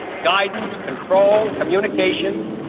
guidance, control, communications,